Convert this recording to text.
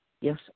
Yes